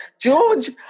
George